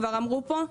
כבר אמרו פה.